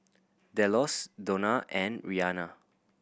Delos Donna and Rianna